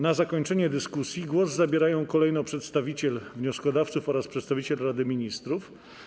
Na zakończenie dyskusji głos zabierają kolejno przedstawiciel wnioskodawców oraz przedstawiciel Rady Ministrów.